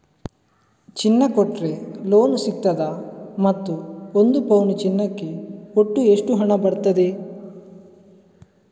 ಚಿನ್ನ ಕೊಟ್ರೆ ಲೋನ್ ಸಿಗ್ತದಾ ಮತ್ತು ಒಂದು ಪೌನು ಚಿನ್ನಕ್ಕೆ ಒಟ್ಟು ಎಷ್ಟು ಹಣ ಬರ್ತದೆ?